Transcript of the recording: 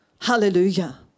Hallelujah